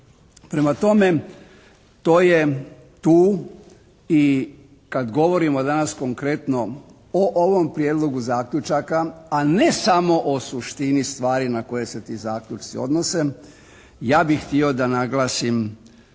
prema tome, to je tu i kad govorimo danas konkretno o ovom Prijedlogu zaključaka, a ne samo o suštini stvari na koje se ti zaključci odnose ja bih htio da naglasim